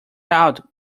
out